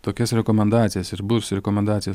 tokias rekomendacijas ir bus rekomendacija